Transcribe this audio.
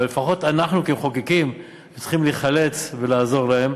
אבל לפחות אנחנו כמחוקקים צריכים להיחלץ ולעזור להם.